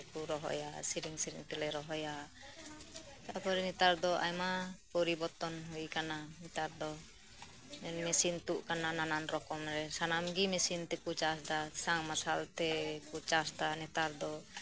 ᱟᱨᱠᱩ ᱨᱚᱦᱚᱭᱟ ᱥᱤᱨᱤᱧ ᱥᱤᱨᱤᱧ ᱛᱮᱞᱮ ᱨᱚᱦᱚᱭᱟ ᱛᱟᱯᱚᱨᱮ ᱧᱮᱛᱟᱨ ᱫᱚ ᱟᱭᱢᱟ ᱯᱚᱨᱤ ᱵᱚᱨᱛᱚᱱ ᱦᱩᱭ ᱟᱠᱟᱱᱟ ᱧᱮᱛᱟᱨ ᱫᱚ ᱢᱮᱥᱤᱱ ᱛᱩᱫ ᱟᱠᱟᱱᱟ ᱱᱟᱱᱟᱱ ᱨᱚᱠᱚᱢ ᱥᱟᱱᱟᱢᱜᱤ ᱢᱮᱥᱤᱱ ᱛᱮᱠᱩ ᱪᱟᱥᱮᱫᱟ ᱥᱟᱵᱢᱟᱨᱥᱟᱞ ᱛᱮᱠᱩ ᱪᱟᱥᱫᱟ ᱧᱮᱛᱟᱨ ᱫᱚ